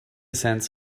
cents